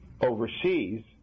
overseas